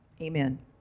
Amen